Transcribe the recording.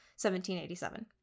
1787